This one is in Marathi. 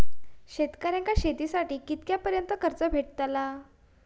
शेतकऱ्यांका शेतीसाठी कितक्या पर्यंत कर्ज भेटताला?